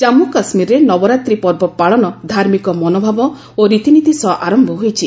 ଜାମ୍ମୁ କାଶ୍କୀରରେ ନବରାତ୍ରି ପର୍ବ ପାଳନ ଧାର୍ମିକ ମନୋଭାବ ଓ ରୀତିନୀତି ସହ ଆରମ୍ଭ ହୋଇଛି